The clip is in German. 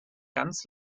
ganz